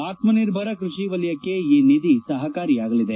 ಅತ್ಮನಿರ್ಧರ ಕೃಷಿ ವಲಯಕ್ಕೆ ಈ ನಿಧಿ ಸಹಕಾರಿಯಾಗಲಿದೆ